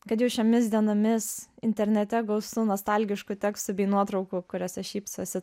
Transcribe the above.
kad jau šiomis dienomis internete gausu nostalgiškų tekstų bei nuotraukų kuriose šypsosi